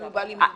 אם כן,